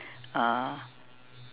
uh